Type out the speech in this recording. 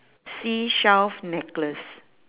seashell necklace